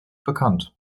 bekannt